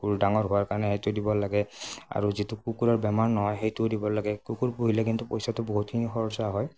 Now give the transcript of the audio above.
কুকুৰ ডাঙৰ হোৱাৰ কাৰণে সেইটো দিব লাগে আৰু যিটো কুকুৰৰ বেমাৰ নহয় সেইটোও দিব লাগে কুকুৰ পুহিলে কিন্তু পইচাটো বহুতখিনি খৰচা হয়